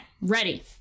Ready